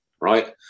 right